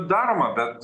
daroma bet